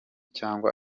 cyangwa